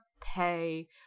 pay